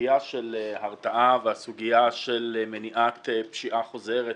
הסוגיה של הרתעה והסוגיה של מניעת פשיעה חוזרת,